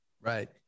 Right